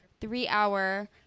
three-hour